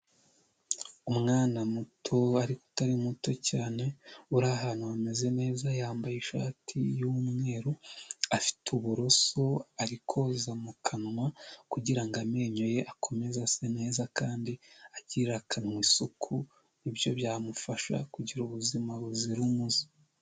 Umwana muto ariko utari muto cyane uri ahantu hameze neza yambaye ishati ymweru afite uburoso arikoza mu kanwa kugirango amenyo ye akomeze ase neza, kandi agirira akanwa isuku ibyo byamufasha kugira ubuzima buzira umuze.